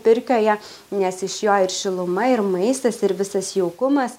pirkioje nes iš jo ir šiluma ir maistas ir visas jaukumas